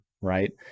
right